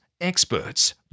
experts